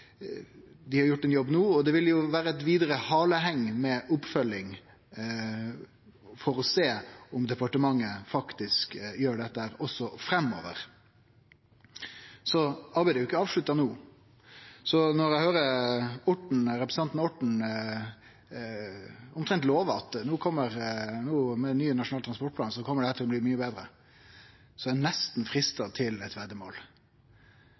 Dei har gjort ein jobb no, og det vil vere eit vidare haleheng med oppfølging for å sjå om departementet faktisk gjer dette også framover. Så arbeidet er ikkje avslutta no. Når eg høyrer representanten Orten omtrent love at dette kjem til å bli mykje betre med den nye nasjonale transportplanen, er eg nesten freista til å gjere eit